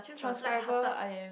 transcriber I am